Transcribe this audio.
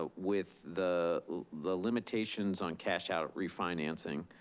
ah with the the limitations on cash out refinancing.